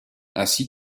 ainsi